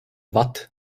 watt